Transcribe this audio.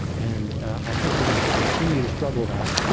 and i think we're going to continue to struggle that.